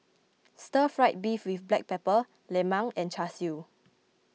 Stir Fried Beef with Black Pepper Lemang and Char Siu